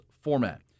format